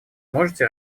можете